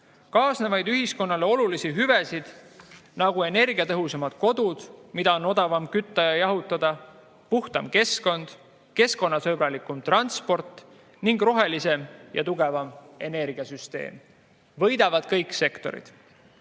Kaasnevad ühiskonnale olulised hüved, nagu energiatõhusamad kodud, mida on odavam kütta ja jahutada, puhtam keskkond, keskkonnasõbralikum transport ning rohelisem ja tugevam energiasüsteem. Võidavad kõik sektorid. Uus